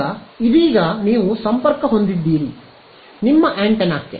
ಈಗ ಇದೀಗ ನೀವು ಸಂಪರ್ಕ ಹೊಂದಿದ್ದೀರಿ ನಿಮ್ಮ ಆಂಟೆನಾಕ್ಕೆ